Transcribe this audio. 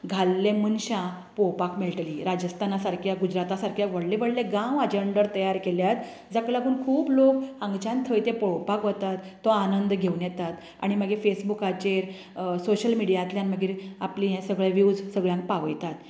घाल्ले मनशां पळोवपाक मेळटलीं राजस्थाना सारक्या गुजराता सारक्या व्हडल्या व्हडले गांव हाजे अंडर तयार केल्यात जाका लागून खूब लोक हांगच्यान थंय तें पळोवपाक वतात तो आनंद घेवन येतात आनी मागीर फेसबूकाचेर सोशल मिडियांतल्यान मागीर आपली हें सगलें न्यूज सगल्यांक पावयता